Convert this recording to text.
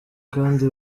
kandi